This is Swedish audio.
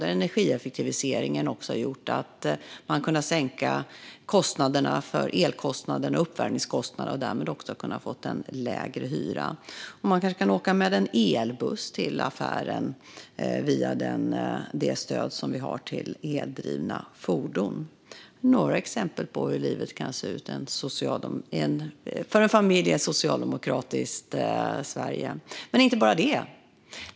Den energieffektiviseringen har gjort att man har kunnat sänka elkostnaderna och uppvärmningskostnaderna och därmed också kunnat få en lägre hyra. Man kanske kan åka med en elbuss till affären via det stöd som vi har till eldrivna fordon. Det är några exempel på hur livet kan se ut för en familj i ett socialdemokratiskt Sverige. Men inte bara det.